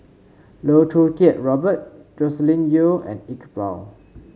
Loh Choo Kiat Robert Joscelin Yeo and Iqbal